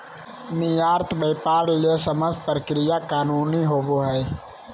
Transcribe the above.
निर्यात व्यापार ले समस्त प्रक्रिया कानूनी होबो हइ